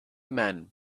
men